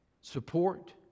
support